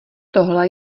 tohle